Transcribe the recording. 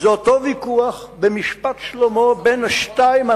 זה אותו ויכוח במשפט שלמה בין השתיים,